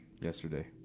yesterday